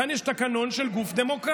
כאן יש את התקנון של גוף דמוקרטי.